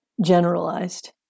generalized